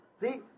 See